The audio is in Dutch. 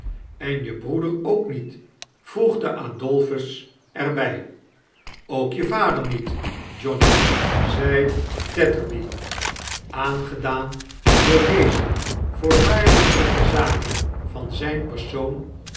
en je broeder ook niet voegde adolphus er bij ook je vader niet johnny zei tetterby aangedaan door deze voorwaardelijke verzaking van zijn persoon